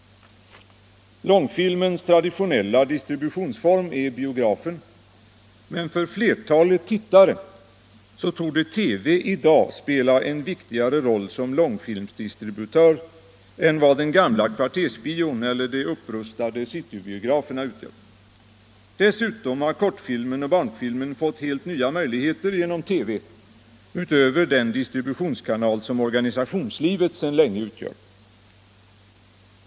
Långfilmens traditionella distributionsform är biografen, men för flertalet tittare torde TV i dag spela en viktigare roll som långfilmsdistributör än vad den gamla kvartersbion eller de upprustade citybiograferna gör. Dessutom har kortfilmen och barnfilmen fått helt nya möjligheter genom TV utöver den distributionskanal som organisationslivet sedan länge utgör.